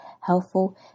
helpful